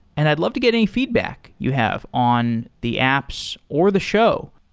and i'd love to get any feedback you have on the apps or the show.